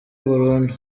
burundu